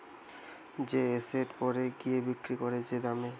যে এসেট পরে গিয়ে বিক্রি করে যে দামে